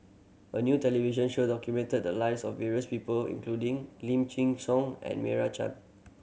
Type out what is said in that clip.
a new television show documented the lives of various people including Lim Chin Siong and Meira Chand